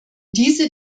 diese